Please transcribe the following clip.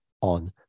on